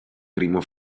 primo